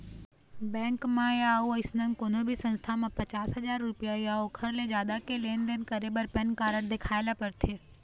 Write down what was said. bank म य अउ अइसन कोनो भी संस्था म पचास हजाररूपिया य ओखर ले जादा के लेन देन करे बर पैन कारड देखाए ल परथे